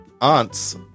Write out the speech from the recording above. aunts